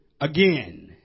again